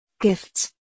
Gifts